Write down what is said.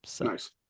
Nice